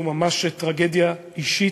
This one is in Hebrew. הוא ממש טרגדיה אישית,